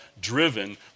driven